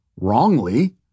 wrongly